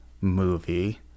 movie